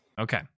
okay